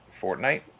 fortnite